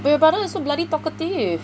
wait but then you're so bloody talkative